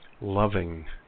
loving